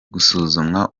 gusuzumwa